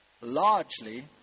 largely